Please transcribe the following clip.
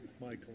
Michael